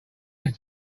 this